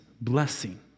blessing